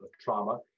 trauma